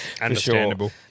Understandable